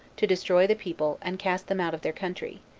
to destroy the people, and cast them out of their country,